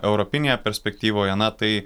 europinėje perspektyvoje na tai